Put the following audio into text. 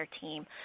team